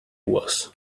was